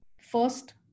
first